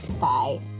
Bye